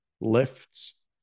lifts